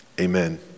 amen